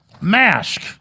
mask